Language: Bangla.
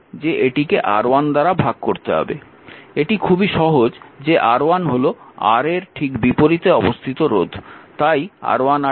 এটি খুবই সহজ যে R1 হল Ra এর ঠিক বিপরীতে অবস্থিত রোধ